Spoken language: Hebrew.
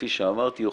כפי שאמרתי,